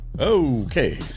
Okay